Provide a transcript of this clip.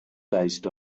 based